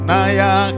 Naya